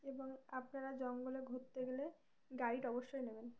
এবং আপনারা জঙ্গলে ঘুরতে গেলে গাইড অবশ্যই নেবেন